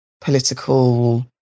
political